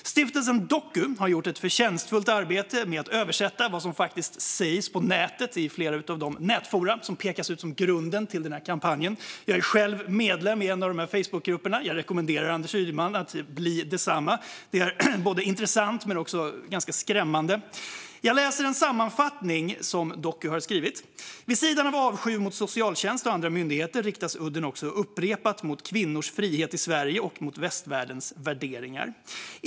Stiftelsen Doku har gjort ett förtjänstfullt arbete med att översätta vad som faktiskt sägs på nätet i flera av de nätforum som pekas ut som grunden till denna kampanj. Jag är själv medlem i en av dessa Facebookgrupper, och jag rekommenderar Anders Ygeman att bli det också. Det är både intressant och ganska skrämmande. Jag ska läsa en sammanfattning som Doku har skrivit. Den lyder: Vid sidan av avsky mot socialtjänst och andra myndigheter riktas udden också upprepat mot kvinnors frihet i Sverige och mot västvärldens värderingar.